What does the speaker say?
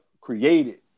created